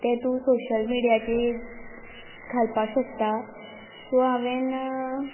तें तूं सोशियल मिडियाचेर घालपाक शकता सो हांवें